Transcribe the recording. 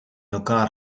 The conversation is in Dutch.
elkaar